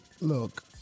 look